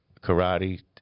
karate